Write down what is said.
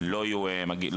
לא יהיו עוד